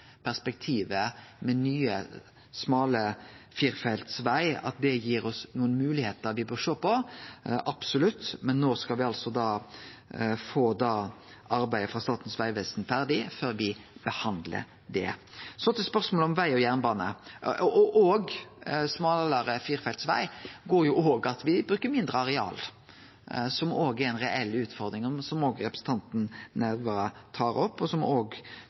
perspektivet med nye, smale firefeltsvegar absolutt gir oss nokre moglegheiter me bør sjå på. Nå skal me få arbeidet frå Statens vegvesen ferdig før me behandlar det. Smalare firefeltsveg handlar jo òg om at me bruker mindre areal, som er ei reell utfordring som representanten Nævra tar opp, og som òg går på jordvernsspørsmål knytte til utbygging. Så til spørsmålet om veg og